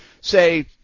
say